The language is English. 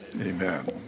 Amen